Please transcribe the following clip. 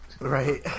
right